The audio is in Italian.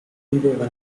viveva